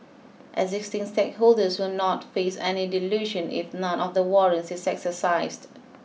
existing stakeholders will not face any dilution if none of the warrants is exercised